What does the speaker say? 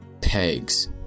pegs